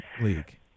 league